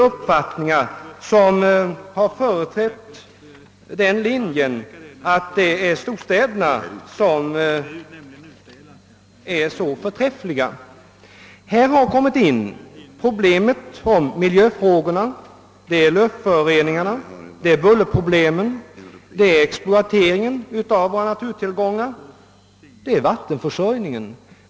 Människor som har företrätt den linjen att storstäderna är så förträffliga kommer nog att ändra ståndpunkt. Nya problem har uppstått: miljöfrågorna, luftföroreningarna, bullerproblemen, exploateringen av våra naturtillgångar och vattenförsörjningen.